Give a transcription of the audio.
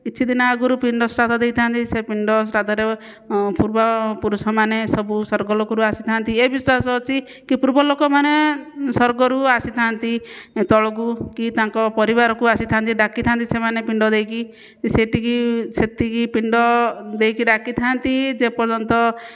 କିଛିଦିନ ଆଗରୁ ପିଣ୍ଡ ଶ୍ରାଦ୍ଧ ଦେଇଥାନ୍ତି ସେ ପିଣ୍ଡ ଶ୍ରାଦ୍ଧରେ ଅଁ ପୂର୍ବ ପୁରୁଷମାନେ ସବୁ ସ୍ଵର୍ଗ ଲୋକରୁ ଆସିଥାନ୍ତି ଏ ବିଶ୍ଵାସ ଅଛି କି ପୂର୍ବ ଲୋକମାନେ ସ୍ଵର୍ଗରୁ ଆସିଥାନ୍ତି ତଳକୁ କି ତାଙ୍କ ପରିବାରକୁ ଆସିଥାନ୍ତି ଡାକିଥାନ୍ତି ସେମାନେ ପିଣ୍ଡ ଦେଇକି ସେତିକି ସେତିକି ପିଣ୍ଡ ଦେଇକି ଡାକିଥାନ୍ତି ଯେ ପର୍ଯ୍ୟନ୍ତ